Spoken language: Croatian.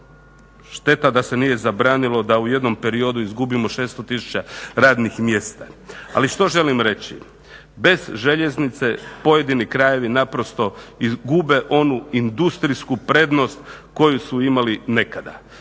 Šteta da se nije zabranilo da u jednom periodu izgubimo 600 tisuća radnih mjesta. Ali što želim reći? Bez željeznice pojedini krajevi gube onu industrijsku prednost koju su imali nekada.